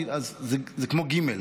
זה כמו גימ"ל.